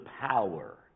power